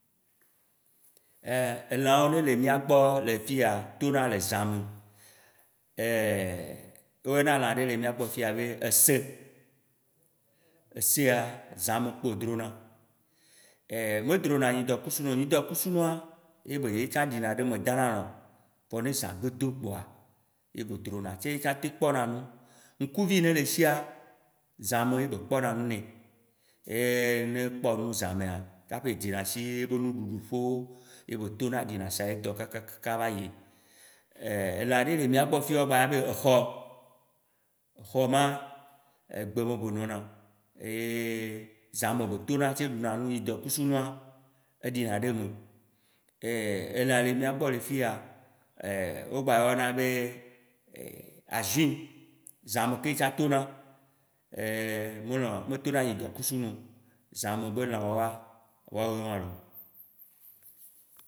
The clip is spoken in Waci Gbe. elãwo nele miagbɔ le fiya tona le zã me, woyɔna lã ɖe le miagbɔ fiya be ese, esea zã me kpo edrona, medrona ydɔkusu nu o. Ydɔkusunua ye be yetsã ɖi na ɖe eme danalɔ̃, vɔ ne zã gbe do kpoa ye kpo drona tse yetsã tem kpɔ na nu. Ŋkuvi yi nele esia, zãme ye be kpɔna nu ne, ye ne kpɔ nu zã mea, tsaƒe edzenasi ye be nuɖuɖuƒewo, ye be tona ɖinasa yetɔ kakakaka va yi. elã ɖe le miagbɔ fiya wo gbayɔna be exɔ, xɔ ma, egbe me kpo nɔna, zã me be tona, tse ɖuna nuyidɔ kusu nua, eɖina ɖe eme. elã le miagbɔ le fiya wogbayɔna be ajui, zã me ke yetsã tona, melɔ metona yidɔkusu nu o, Zã me be lã woa, woawoe ma laa.